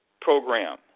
program